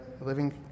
living